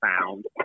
found